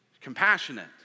Compassionate